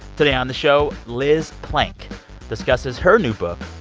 today on the show, liz plank discusses her new book,